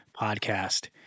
Podcast